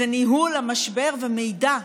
זה ניהול המשבר ומידע.